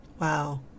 Wow